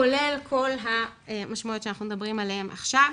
כולל כל המשמעויות שאנחנו מדברים עליהן עכשיו.